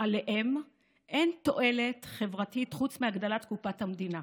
אליהם אין תועלת חברתית חוץ מהגדלת קופת המדינה.